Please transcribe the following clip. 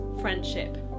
friendship